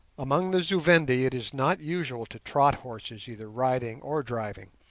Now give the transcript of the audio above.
among the zu-vendi it is not usual to trot horses either riding or driving,